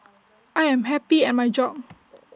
I am happy at my job